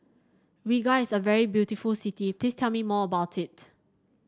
Riga is a very beautiful city please tell me more about it